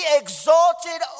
exalted